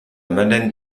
madeleine